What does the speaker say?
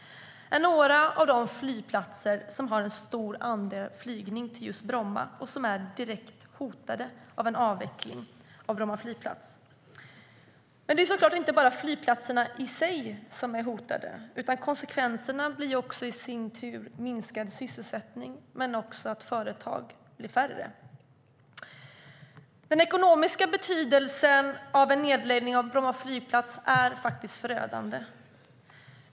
Detta är några av de flygplatser som har många flygningar till just Bromma flygplats och som är direkt hotade av en avveckling av Bromma flygplats. Den ekonomiska betydelsen av en nedläggning av Bromma flygplats är faktiskt förödande.